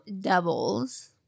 doubles